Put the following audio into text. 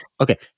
okay